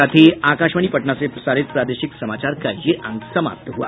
इसके साथ ही आकाशवाणी पटना से प्रसारित प्रादेशिक समाचार का ये अंक समाप्त हुआ